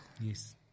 yes